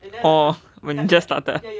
oh when you just started